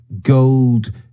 gold